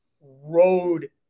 road